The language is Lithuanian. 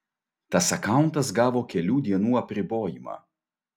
tas akauntas gavo kelių dienų apribojimą